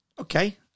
Okay